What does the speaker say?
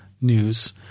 news